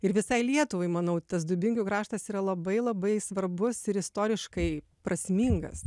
ir visai lietuvai manau tas dubingių kraštas yra labai labai svarbus ir istoriškai prasmingas